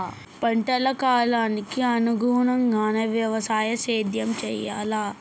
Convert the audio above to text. పంటల కాలాలకు అనుగుణంగానే వ్యవసాయ సేద్యం చెయ్యాలా?